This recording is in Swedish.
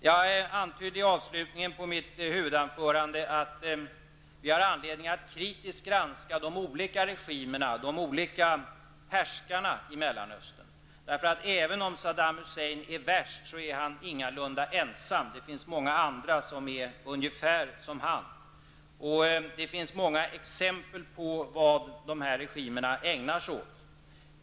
Jag antydde i avslutningen på mitt huvudanförande att vi har anledning att kritiskt granska de olika regimerna, de olika härskarna, i Mellanöstern. Även om Saddam Hussein är värst så är han ingalunda ensam. Det finns många andra som är ungefär som han. Det finns många exempel på vad dessa regimer ägnar sig åt.